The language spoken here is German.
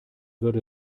würde